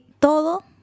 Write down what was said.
todo